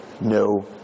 No